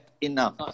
enough